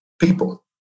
People